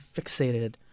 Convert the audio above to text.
fixated